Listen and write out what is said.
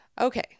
Okay